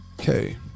Okay